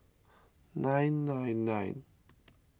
nine nine nine